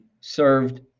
served